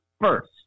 first